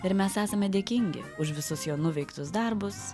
ir mes esame dėkingi už visus jo nuveiktus darbus